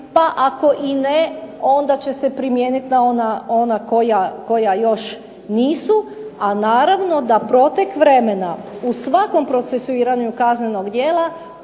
pa ako i ne onda će se primijeniti na ona koja još nisu, a naravno da protek vremena u svakom procesuiranju kaznenog djela